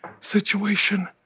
situation